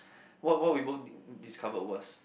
what what we both discovered was